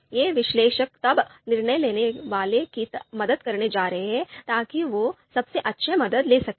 ये विश्लेषक तब निर्णय लेने वालों की मदद करने जा रहे हैं ताकि वे सबसे अच्छा निर्णय ले सकें